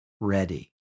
ready